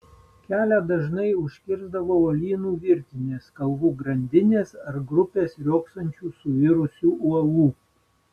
kelią dažnai užkirsdavo uolynų virtinės kalvų grandinės ar grupės riogsančių suirusių uolų